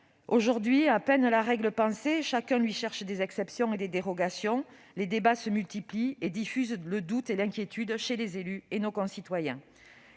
Aujourd'hui, à peine la règle pensée, chacun lui cherche des exceptions et des dérogations. Les débats se multiplient et diffusent le doute et l'inquiétude, tant parmi les élus que parmi nos concitoyens.